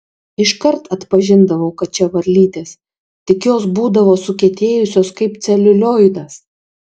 iškart atpažindavau kad čia varlytės tik jos būdavo sukietėjusios kaip celiulioidas